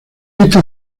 esta